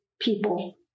people